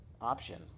option